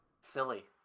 Silly